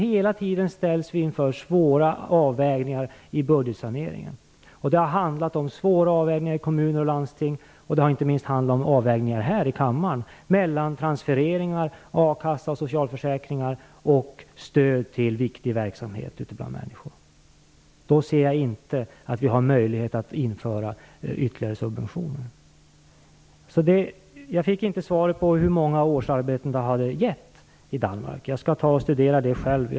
Hela tiden ställs vi inför svåra avvägningar i budgetsaneringen. Det handlar om svåra avvägningar i kommuner och landsting, och inte minst handlar det om avvägningar här i kammaren mellan transfereringar, a-kassa, socialförsäkringar och stöd till viktig verksamhet ute bland människor. Då ser jag inte att vi har möjlighet att införa ytterligare subventioner. Jag fick inget svar på hur många som årsarbeten det hade gett i Danmark, men jag skall studera det själv.